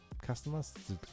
Customers